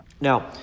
Now